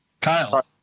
kyle